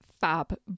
fab